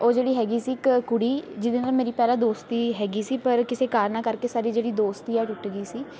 ਉਹ ਜਿਹੜੀ ਹੈਗੀ ਸੀ ਇੱਕ ਕੁੜੀ ਜਿਹਦੇ ਨਾਲ਼ ਮੇਰੀ ਪਹਿਲਾਂ ਦੋਸਤੀ ਹੈਗੀ ਸੀ ਪਰ ਕਿਸੇ ਕਾਰਨਾਂ ਕਰਕੇ ਸਾਡੀ ਜਿਹੜੀ ਦੋਸਤੀ ਆ ਉਹ ਟੁੱਟ ਗਈ ਸੀ